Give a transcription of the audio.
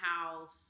house